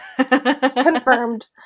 Confirmed